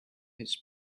his